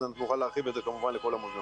אז אנחנו נוכל להרחיב את זה כמובן לכל המוזיאונים.